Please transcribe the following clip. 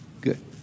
Good